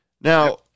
Now